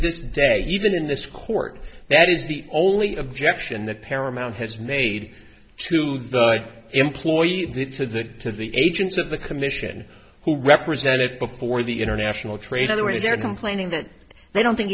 this day even in this court that is the only objection that paramount has made to the employee that to that to the agents of the commission who represent it before the international trade otherwise they're complaining that they don't think